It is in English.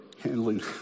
handling